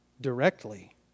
directly